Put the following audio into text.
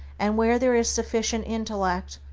and where there is sufficient intellect,